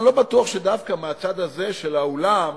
אני לא בטוח שדווקא מהצד הזה של האולם,